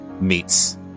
meets